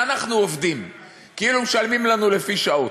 ואנחנו עובדים כאילו משלמים לנו לפי שעות.